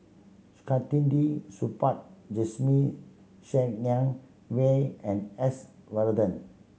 Saktiandi Supaat Jasmine Ser Xiang Wei and S Varathan